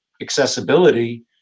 accessibility